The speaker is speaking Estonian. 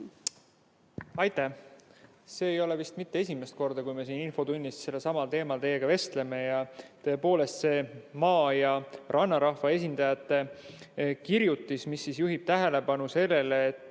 edasi? See ei ole vist mitte esimest korda, kui me siin infotunnis sellelsamal teemal teiega vestleme. Tõepoolest, see maa- ja rannarahva esindajate kirjutis juhib tähelepanu sellele, et